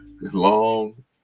long